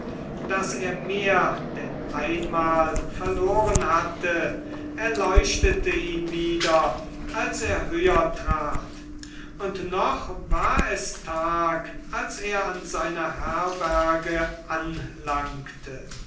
das er mehr denn einmal verloren hatte erleuchtete ihn wieder als er höher trat und noch war es tag als er an seiner herberge anlangte